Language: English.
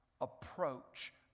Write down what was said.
approach